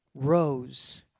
rose